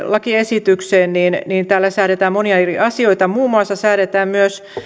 lakiesitykseen säädetään monia eri asioita muun muassa säädetään myös